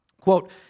quote